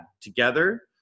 together